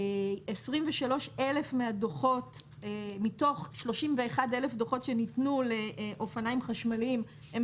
23 אלף מתוך 31 דוחות שניתנו לאופניים חשמליים הם